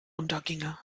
unterginge